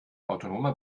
autonomer